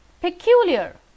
Peculiar